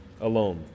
alone